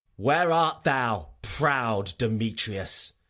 where art thou, proud demetrius?